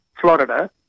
Florida